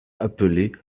appelées